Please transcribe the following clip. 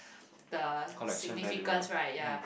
the significance right ya